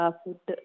food